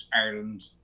ireland